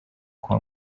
kwa